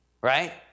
right